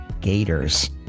gators